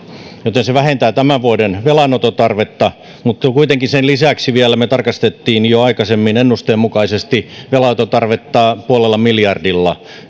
se vähentää tämän vuoden velanoton tarvetta mutta kuitenkin sen lisäksi vielä me tarkastimme jo aikaisemmin ennusteen mukaisesti velanoton tarvetta puolella miljardilla